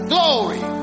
Glory